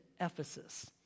Ephesus